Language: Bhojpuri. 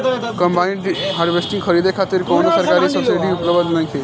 कंबाइन हार्वेस्टर खरीदे खातिर कउनो सरकारी सब्सीडी उपलब्ध नइखे?